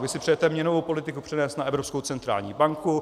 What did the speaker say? Vy si přejete měnovou politiku přenést na Evropskou centrální banku.